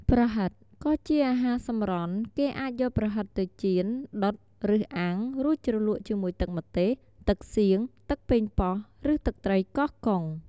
ប្រហិតក៍ជាអាហារសម្រន់ គេអាចយកប្រហិតទៅចៀន ដុត ឬអាំង រួចជ្រលក់ជាមួយទឹកម្ទេស,ទឹកសៀង,ទឹកប៉េងប៉ោះ ឬទឹកត្រីកោះកុង។